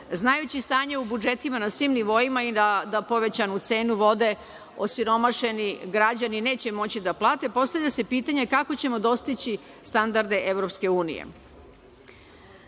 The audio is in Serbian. Znajući stanje u budžetima na svim nivoima i da povećanu cenu vode osiromašeni građani neće moći da plate. Postavlja se pitanje – kako ćemo dostići standarde EU? Želim